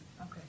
Okay